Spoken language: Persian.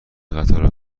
قطار